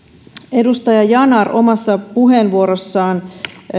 edustaja yanar omassa puheenvuorossaan